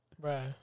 Right